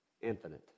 Infinite